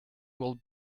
will